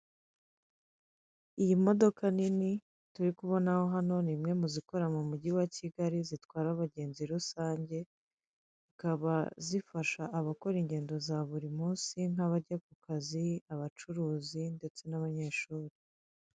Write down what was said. Iyi modoka nini turi kubonaho hano ni imwe mu zikora mu mujyi wa Kigali, zitwara abagenzi rusange zikaba zifasha abakora ingendo za buri munsi nk'abajya ku kazi, abacuruzi, ndetse n'abanyeshuri.